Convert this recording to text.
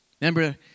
Remember